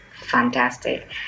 Fantastic